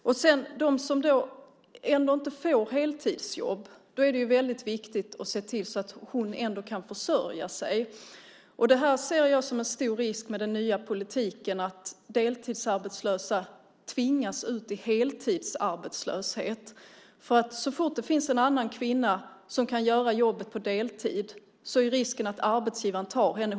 När det gäller dem som ändå inte får heltidsjobb är det väldigt viktigt att se till så att de kan försörja sig. Jag ser det som en stor risk med den nya politiken att deltidsarbetslösa tvingas ut i heltidsarbetslöshet. Så fort det finns en annan kvinna som kan göra jobbet på deltid är risken att arbetsgivaren tar henne.